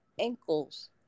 ankles